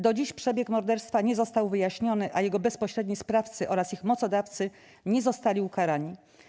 Do dziś przebieg morderstwa nie został wyjaśniony, a jego bezpośredni sprawcy oraz ich mocodawcy nie zostali ukarani.